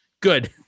Good